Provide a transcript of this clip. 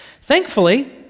Thankfully